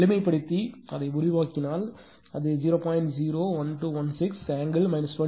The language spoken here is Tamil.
அதை எளிமைப்படுத்தி அதை உருவாக்கினால் அது 0